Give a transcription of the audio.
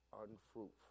unfruitful